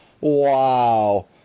wow